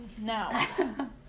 Now